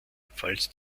falls